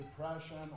depression